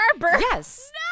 Yes